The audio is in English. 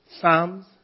Psalms